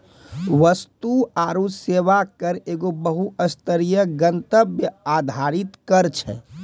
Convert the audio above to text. वस्तु आरु सेवा कर एगो बहु स्तरीय, गंतव्य आधारित कर छै